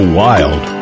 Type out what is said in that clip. wild